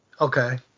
Okay